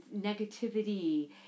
negativity